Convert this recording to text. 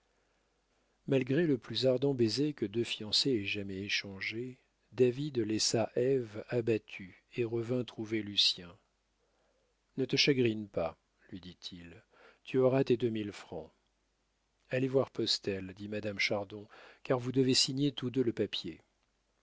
malgré le plus ardent baiser que deux fiancés aient jamais échangé david laissa ève abattue et revint trouver lucien ne te chagrine pas lui dit-il tu auras tes deux mille francs allez voir postel dit madame chardon car vous devez signer tous deux le papier